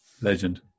Legend